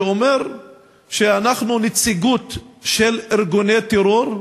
שאומר שאנחנו נציגות של ארגוני טרור,